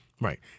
Right